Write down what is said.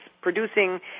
producing